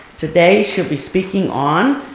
today she'll be speaking on,